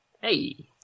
Hey